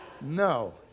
No